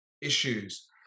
issues